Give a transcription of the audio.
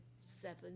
seven